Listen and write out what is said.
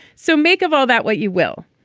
so make of all that what you will.